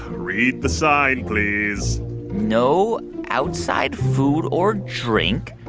read the sign, please no outside food or drink,